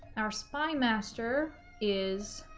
our spy master is